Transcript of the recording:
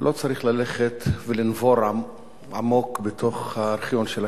לא צריך ללכת ולנבור עמוק בתוך הארכיון של הכנסת.